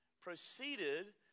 proceeded